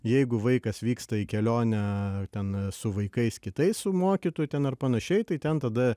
jeigu vaikas vyksta į kelionę ten su vaikais kitais su mokytoju ten ar panašiai tai ten tada